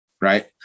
right